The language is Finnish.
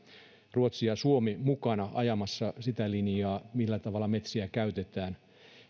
ruotsi ja suomi vahvasti yhdessä mukana ajamassa sitä linjaa millä tavalla metsiä käytetään